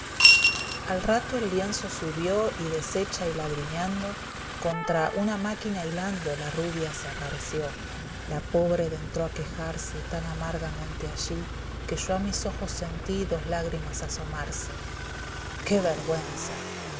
al rato el lienzo subió y deshecha y lagrimiando contra una máquina hilando la rubia se apareció la pobre dentro a quejarse tan amargamente allí que yo a mis ojos sentí dos lágrimas asomarse qué vergüenza